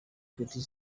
petit